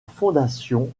fondation